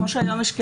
כמו שהיום יש כלים,